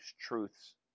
truths